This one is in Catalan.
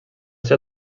ser